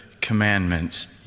commandments